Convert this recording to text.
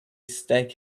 steak